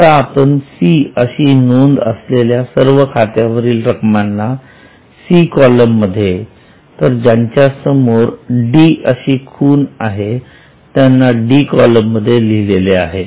आता आपण सी अशी नोंद असलेल्या सर्व खात्यावरील रक्कमांना सी कॉलम मध्ये तर ज्यांच्या समोर डी ही खूण केली आहे त्यांना डी कॉलम मध्ये लिहले आहे